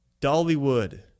dollywood